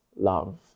love